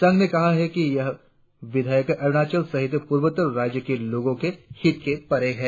संघ ने कहा है कि यह विधेयक अरुणाचल सहित पूर्वोत्तर राज्यो के लोगो के हित के परे है